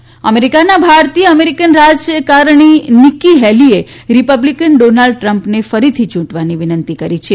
US Haley અમેરિકના ભારતીય American રાજકારણી નીક્કી હેલીએ રિપબ્લિકન ડોનાલ્ડ ટ્રમ્પને ફરીથી યૂંટવાની વિનંતી કરી છે